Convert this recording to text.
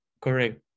correct